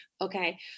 Okay